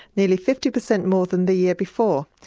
nearly fifty percent more than the year before,